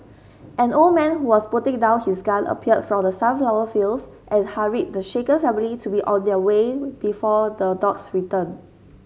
an old man who was putting down his gun appeared from the sunflower fields and hurried the shaken family to be on their way before the dogs return